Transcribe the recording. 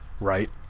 right